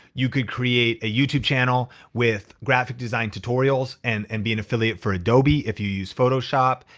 you could create a youtube channel with graphic design tutorials and and be an affiliate for adobe if you use photoshop.